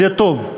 זה טוב.